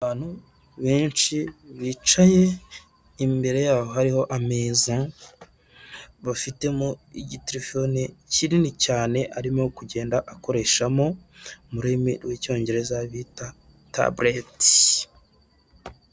Abantu benshi bicaye imbere yabo hariho ameza, bafitemo igiterefone kinini cyane arimo kugenda akoreshamo, mururimi rw'icyongereza bita tabureti.